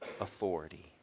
authority